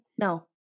No